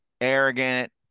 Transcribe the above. arrogant